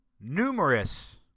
numerous